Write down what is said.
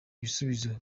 ibisubizo